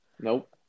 Nope